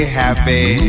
happy